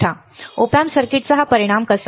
Op amp सर्किटचा हा परिणाम कसा